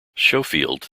schofield